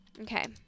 Okay